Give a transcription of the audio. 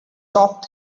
stop